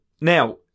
Now